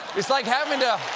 it's like having to